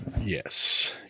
Yes